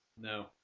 No